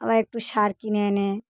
আবার একটু সার কিনে এনে